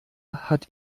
hat